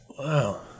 Wow